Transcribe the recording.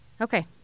Okay